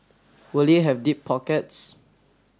will it have deep pockets